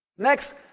Next